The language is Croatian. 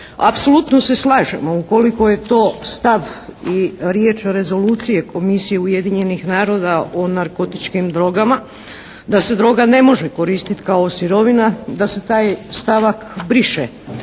Apsolutno se slažemo, ukoliko je to stav i riječ rezolucije Komisije Ujedinjenih naroda o narkotičkim drogama, da se droga ne može koristit kao sirovina, da se taj stavak briše.